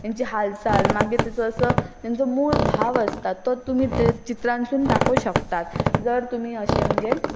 तेंचीं हालचाल मागीर तेचो असो तेंचो मूळ भाव आसता तो तुमी ते चित्रांसून दाखोवं शकतात जर तुमी अशें म्हणजे